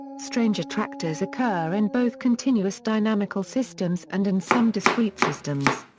strange attractors occur in both continuous dynamical systems and in some discrete systems.